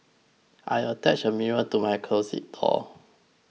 I attached a mirror to my closet door